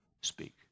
speak